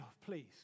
please